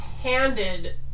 handed